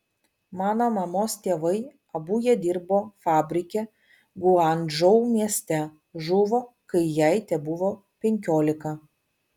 mano mamos tėvai abu jie dirbo fabrike guangdžou mieste žuvo kai jai tebuvo penkiolika